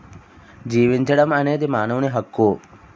జీవించడం అనేది మానవుని హక్కు